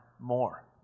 more